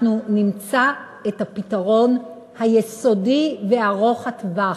אנחנו נמצא את הפתרון היסודי וארוך-הטווח,